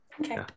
Okay